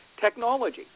Technology